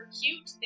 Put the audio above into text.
cute